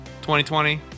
2020